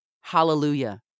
Hallelujah